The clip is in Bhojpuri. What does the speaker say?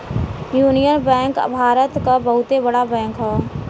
यूनिअन बैंक भारत क बहुते बड़ा बैंक हौ